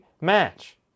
match